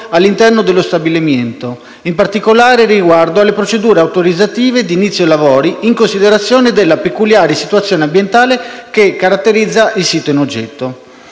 all'interno dello stabilimento, in particolare riguardo alle procedure autorizzative di inizio lavori in considerazione della peculiare situazione ambientale che caratterizza il sito in oggetto.